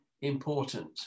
important